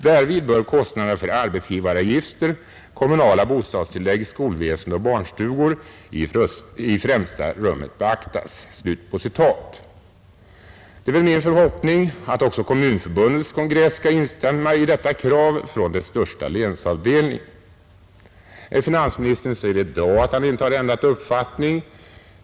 Därvid bör kostnaderna för arbetsgivaravgifter, kommunala bostadstillägg, skolväsende och barnstugor i främsta rummet beaktas.” Det är min förhoppning att också Kommunförbundets kongress skall instämma i detta krav från den största länsavdelningen. Finansministern säger i dag att han inte har ändrat uppfattning.